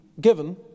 given